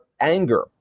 anger